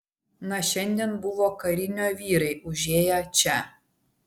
na šiandien buvo karinio vyrai užėję čia